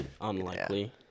Unlikely